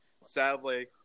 Sadly